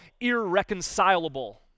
irreconcilable